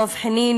דב חנין,